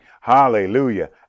hallelujah